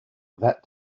that